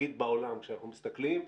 נגיד בעולם כשאנחנו מסתכלים,